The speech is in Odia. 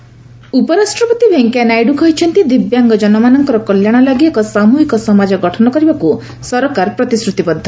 ନାଇଡ଼ ଦିବ୍ୟାଙ୍ଗଜନ ଉପରାଷ୍ଟ୍ରପତି ଭେଙ୍କେୟା ନାଇଡୁ କହିଛନ୍ତି ଦିବ୍ୟାଙ୍ଗ ଜନମାନଙ୍କର କଲ୍ୟାଣ ଲାଗି ଏକ ସାମୁହିକ ସମାଜ ଗଠନ କରିବାକୁ ସରକାର ପ୍ରତିଶ୍ରତିବଦ୍ଧ